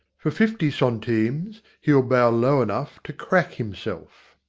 for fifty centimes he'll bow low enough to crack himself.